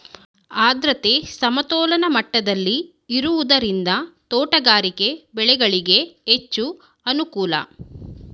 ಆದ್ರತೆ ಸಮತೋಲನ ಮಟ್ಟದಲ್ಲಿ ಇರುವುದರಿಂದ ತೋಟಗಾರಿಕೆ ಬೆಳೆಗಳಿಗೆ ಹೆಚ್ಚು ಅನುಕೂಲ